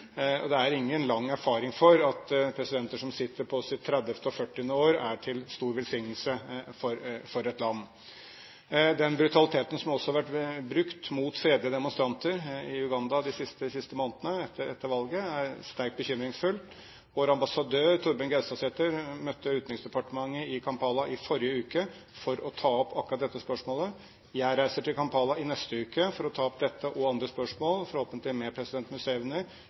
Det er ingen lang erfaring for at presidenter som sitter på sitt trettiende og førtiende år, er til stor velsignelse for et land. Den brutaliteten som også har vært brukt mot fredelige demonstranter i Uganda de siste månedene etter valget, er sterkt bekymringsfullt. Vår ambassadør Thorbjørn Gaustadsæther møtte utenriksdepartementet i Kampala i forrige uke for å ta opp akkurat dette spørsmålet. Jeg reiser til Kampala i neste uke for å ta opp dette og andre spørsmål, forhåpentlig med president